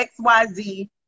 XYZ